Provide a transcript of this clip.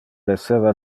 esseva